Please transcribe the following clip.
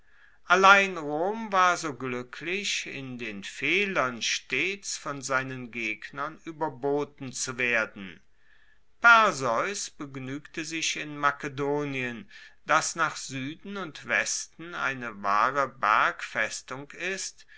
allein rom war so gluecklich in den fehlern stets von seinen gegnern ueberboten zu werden perseus begnuegte sich in makedonien das nach sueden und westen eine wahre bergfestung ist